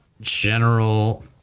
general